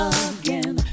again